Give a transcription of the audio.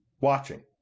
watching